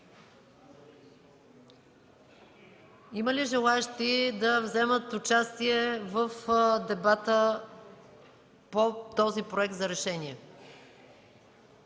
Има ли желаещи да вземат участие в дебата по този проект за решение?